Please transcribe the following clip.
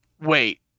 Wait